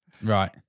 Right